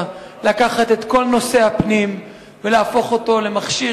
לקחת את כל נושא הפנים ולהפוך אותו למכשיר,